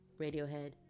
Radiohead